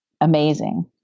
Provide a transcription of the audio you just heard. amazing